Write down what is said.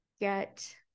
get